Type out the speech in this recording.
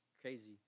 crazy